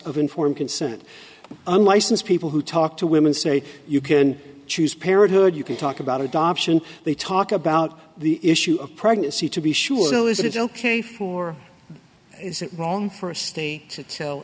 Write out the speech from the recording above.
of informed consent unlicensed people who talk to women say you can choose parenthood you can talk about adoption they talk about the issue of pregnancy to be sure though is it ok for is it wrong for